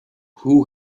who